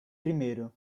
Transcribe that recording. primeiro